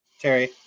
Terry